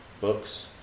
books